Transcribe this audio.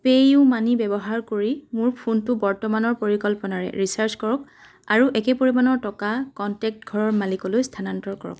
pay U Money ব্যৱহাৰ কৰি মোৰ ফোনটো বৰ্তমানৰ পৰিকল্পনাৰে ৰিচাৰ্জ কৰক আৰু একে পৰিমাণৰ টকা কনটেক্ট ঘৰৰ মালিকলৈ স্থানান্তৰ কৰক